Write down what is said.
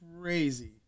crazy